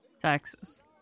taxes